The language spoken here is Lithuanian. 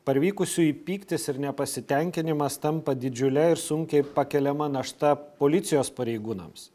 parvykusiųjų pyktis ir nepasitenkinimas tampa didžiule ir sunkiai pakeliama našta policijos pareigūnams